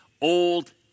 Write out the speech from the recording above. old